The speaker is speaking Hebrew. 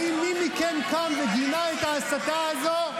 האם מי מכם קם וגינה את ההסתה הזאת?